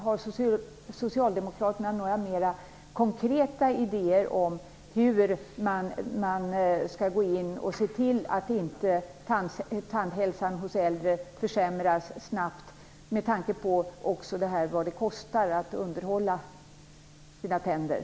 Har Socialdemokraterna några mer konkreta idéer om hur man, med tanke på vad det kostar att underhålla sina tänder, skall gå in och se till att inte tandhälsan hos äldre försämras snabbt?